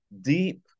deep